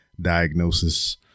diagnosis